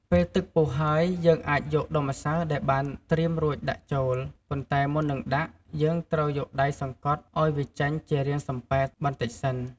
ពេលទឹកពុះហើយ យើងអាចយកដុំម្សៅដែលបានត្រៀមរួចដាក់ចូល ប៉ុន្តែមុននឹងដាក់ យើងត្រូវយកដៃសង្កត់ឲ្យវាចេញជារាងសំប៉ែតបន្តិចសិន។